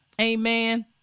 Amen